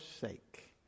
sake